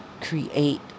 create